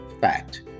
fact